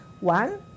One